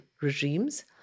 regimes